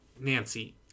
Nancy